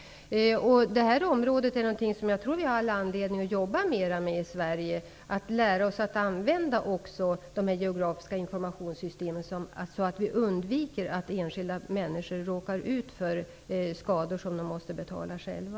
Detta är något som jag tror att vi har all anledning att jobba med i Sverige, alltså att lära oss att använda den geografiska informationen så att vi undviker att enskilda människor råkar ut för skador som de själva måste betala.